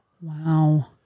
Wow